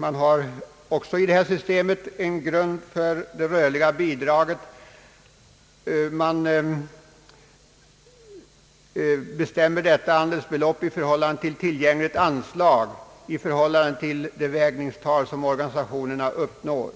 man också har ett system för beräkning av det rörliga bidraget. Andelsbeloppet fastställs i förhållande till tillgängligt anslag och det vägningstal som organisationerna uppnår.